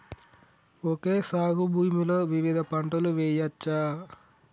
Okay సాగు భూమిలో వివిధ పంటలు వెయ్యచ్చా?